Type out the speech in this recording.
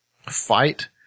fight